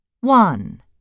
One